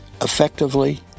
effectively